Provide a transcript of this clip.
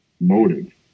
motive